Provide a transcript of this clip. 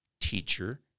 teacher